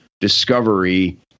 discovery